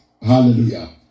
Hallelujah